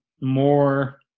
more